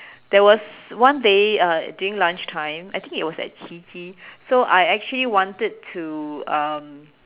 there was one day uh during lunchtime I think it was at Qiji so I actually wanted to um